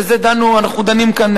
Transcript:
שעל זה אנחנו דנים כאן,